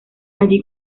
allí